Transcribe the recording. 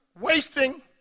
wasting